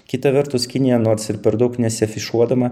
kita vertus kinija nors ir per daug nesiafišuodama